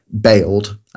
bailed